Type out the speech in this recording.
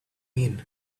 mean